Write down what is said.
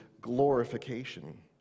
glorification